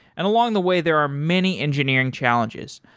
and along the way, there are many engineering challenges.